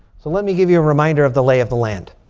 so let me give you a reminder of the lay of the land.